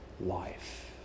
life